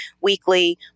weekly